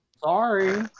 Sorry